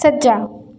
ਸੱਜਾ